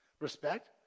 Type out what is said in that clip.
Respect